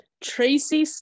Tracy